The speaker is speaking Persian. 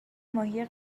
ماهی